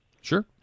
Sure